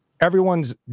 everyone's